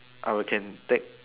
I will can take